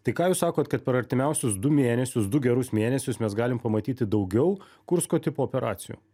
tai ką jūs sakot kad per artimiausius du mėnesius du gerus mėnesius mes galim pamatyti daugiau kursko tipo operacijų